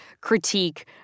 critique